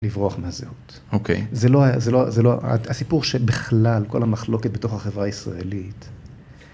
‫לברוח מהזהות. ‫-אוקיי. זה לא, זה לא, זה לא ‫הסיפור שבכלל כל המחלוקת ‫בתוך החברה הישראלית...